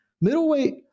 Middleweight